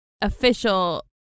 official